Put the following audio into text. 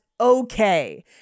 okay